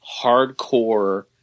hardcore